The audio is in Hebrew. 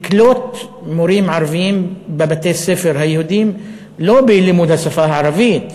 לקלוט מורים ערבים בבתי-הספר היהודיים לא בלימוד השפה הערבית,